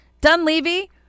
Dunleavy